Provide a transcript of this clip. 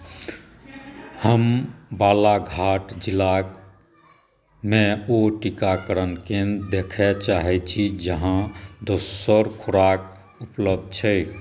हम बालाघाट जिलामे ओ टीकाकरण केंद्र देखय चाहैत छी जहाँ दोसर खुराक